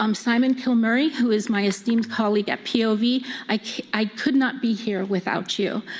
um simon kilmurry, who is my esteemed colleague at i could i could not be here without you.